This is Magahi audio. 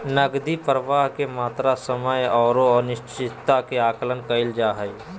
नकदी प्रवाह के मात्रा, समय औरो अनिश्चितता के आकलन कइल जा हइ